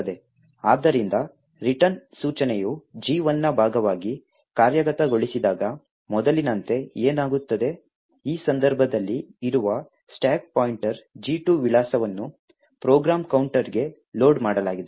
ಆದ್ದರಿಂದ ರಿಟರ್ನ್ ಸೂಚನೆಯು G1 ನ ಭಾಗವಾಗಿ ಕಾರ್ಯಗತಗೊಳಿಸಿದಾಗ ಮೊದಲಿನಂತೆ ಏನಾಗುತ್ತದೆ ಈ ಸಂದರ್ಭದಲ್ಲಿ ಇರುವ ಸ್ಟಾಕ್ ಪಾಯಿಂಟರ್ G2 ವಿಳಾಸವನ್ನು ಪ್ರೋಗ್ರಾಂ ಕೌಂಟರ್ಗೆ ಲೋಡ್ ಮಾಡಲಾಗಿದೆ